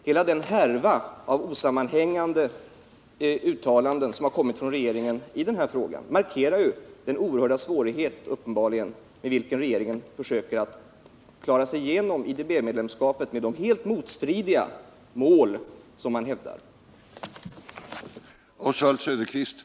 Hela den härva av osammanhängande uttalanden som har gjorts av regeringen i den här frågan understryker den uppenbarligen oerhörda svårighet med vilken regeringen, med de helt motstridiga mål som den hävdar, försöker försvara medlemskapet i IDB.